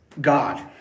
God